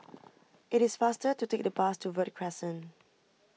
it is faster to take the bus to Verde Crescent